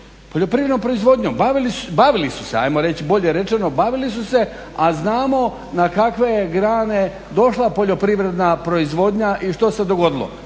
poljoprivrednom proizvodnjom, bavili su se ajmo reći, bolje rečeno bavili su se, a znamo na kakve je grane došla poljoprivredna proizvodnja i što se dogodilo.